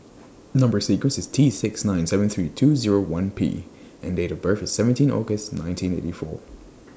Number sequence IS T six nine seven three two Zero one P and Date of birth IS seventeen August nineteen eighty four